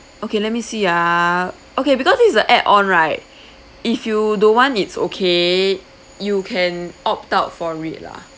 okay let me see ah okay because this is the add on right if you don't want it's okay you can opt out for it lah